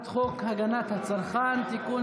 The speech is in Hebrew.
הגנת הצרכן (תיקון,